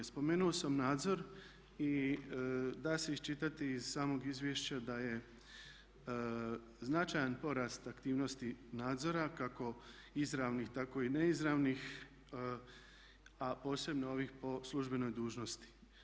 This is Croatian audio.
Spomenuo sam nadzor i da se iščitati iz samog izvješća da je značajan porast aktivnosti nadzora kako izravnih tako i neizravnih a posebno ovih po službenoj dužnosti.